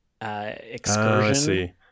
excursion